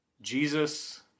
Jesus